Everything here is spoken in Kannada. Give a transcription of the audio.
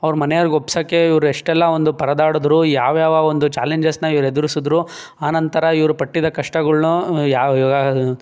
ಅವ್ರ ಮನೆಯವ್ರ್ಗೆ ಒಪ್ಸೋಕ್ಕೆ ಇವರು ಎಷ್ಟೆಲ್ಲ ಒಂದು ಪರದಾಡಿದ್ರು ಯಾವ ಯಾವ ಒಂದು ಚಾಲೆಂಜಸ್ನ ಇವರು ಎದುರಿಸಿದ್ರು ಆನಂತರ ಇವರು ಪಟ್ಟಿದ ಕಷ್ಟಗಳನ್ನ ಯಾವ